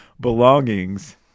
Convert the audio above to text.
belongings